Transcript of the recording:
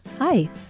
Hi